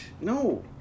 No